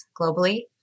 globally